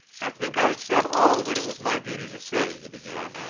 i think i have said all that it was my duty to say, he began,